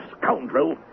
scoundrel